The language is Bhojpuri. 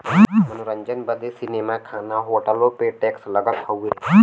मनोरंजन बदे सीनेमा, खाना, होटलो पे टैक्स लगत हउए